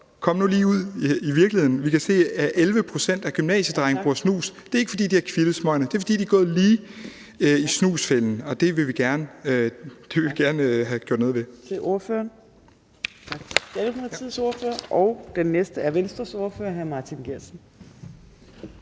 kom nu lige ud i virkeligheden. Vi kan se, at 11 pct. af drengene i gymnasiet bruger snus, og det er ikke, fordi de har kvittet smøgerne, men fordi de er gået lige i snusfælden, og det vil vi gerne have gjort noget ved.